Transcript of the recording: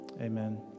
Amen